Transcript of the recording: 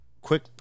quick